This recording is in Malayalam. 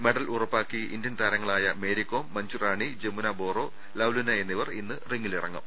മെഡൽ ഉറപ്പാക്കി ഇന്ത്യൻ താരങ്ങളായ മേരികോം മഞ്ജുറാണി ജമുന ബോറോ ലൌലിന എന്നിവർ ഇന്ന് റിംഗിലിറങ്ങും